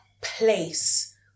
place